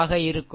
ஆக இருக்கும்